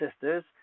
sisters